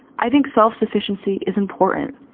i think self-sufficiency is important.